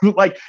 like.